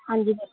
ਹਾਂਜੀ ਬੋਲੋ